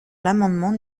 l’amendement